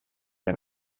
ein